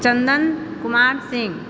Chandan Kumar Singh